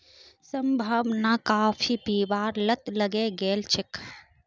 संभावनाक काफी पीबार लत लगे गेल छेक